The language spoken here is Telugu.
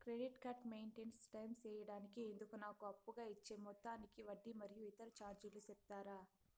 క్రెడిట్ కార్డు మెయిన్టైన్ టైము సేయడానికి ఇందుకు నాకు అప్పుగా ఇచ్చే మొత్తానికి వడ్డీ మరియు ఇతర చార్జీలు సెప్తారా?